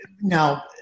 now